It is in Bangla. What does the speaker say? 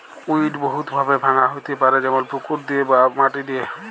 উইড বহুত ভাবে ভাঙা হ্যতে পারে যেমল পুকুর দিয়ে বা মাটি দিয়ে